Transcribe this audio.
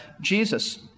Jesus